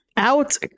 Out